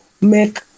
make